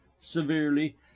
severely